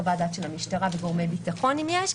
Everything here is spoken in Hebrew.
חוות דעת של המשטרה וגורמי ביטחון אם יש,